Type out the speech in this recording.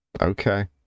Okay